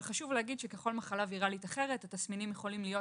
אבל ככל מחלה וירלית אחרת, התסמינים יכולים להיות